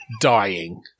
Dying